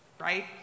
right